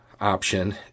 option